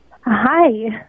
Hi